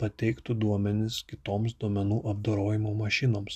pateiktų duomenis kitoms duomenų apdorojimo mašinoms